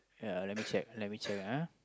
yeah let me check let me check ah